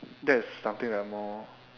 that's something that I'm more